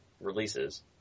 releases